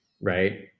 right